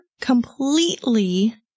completely